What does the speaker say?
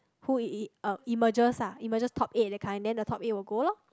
who e~ e~ emerges ah emerges top eight that kind then the top eight will go loh